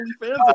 OnlyFans